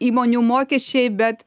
įmonių mokesčiai bet